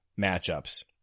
matchups